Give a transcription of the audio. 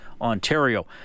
Ontario